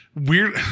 weird